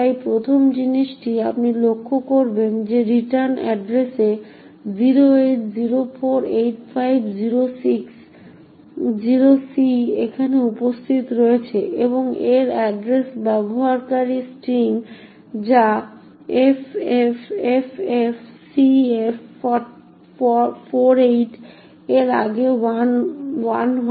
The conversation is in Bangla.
তাই প্রথম জিনিসটি আপনি লক্ষ্য করবেন যে রিটার্ন এড্রেসে 0804850C এখানে উপস্থিত রয়েছে এবং এর এড্রেস ব্যবহারকারী স্ট্রিং যা ffffcf48 এর আগে 1 হয়